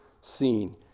seen